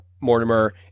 Mortimer